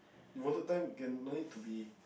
you rather time can don't need to be